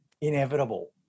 inevitable